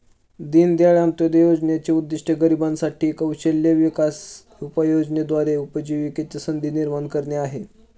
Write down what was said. दीनदयाळ अंत्योदय योजनेचे उद्दिष्ट गरिबांसाठी साठी कौशल्य विकास उपायाद्वारे उपजीविकेच्या संधी निर्माण करणे आहे